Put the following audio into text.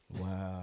Wow